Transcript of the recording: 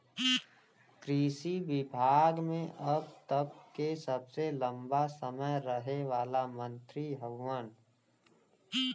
कृषि विभाग मे अब तक के सबसे लंबा समय रहे वाला मंत्री हउवन